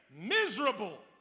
miserable